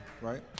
right